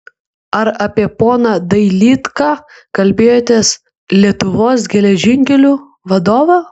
ar apie poną dailydką kalbėjotės lietuvos geležinkelių vadovą